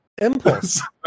impulse